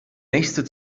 nächste